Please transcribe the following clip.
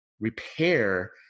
repair